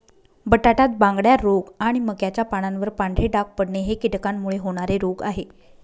बटाट्यात बांगड्या रोग आणि मक्याच्या पानावर पांढरे डाग पडणे हे कीटकांमुळे होणारे रोग आहे